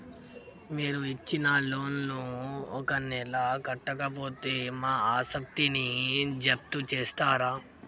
మీరు ఇచ్చిన లోన్ ను ఒక నెల కట్టకపోతే మా ఆస్తిని జప్తు చేస్తరా?